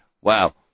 wow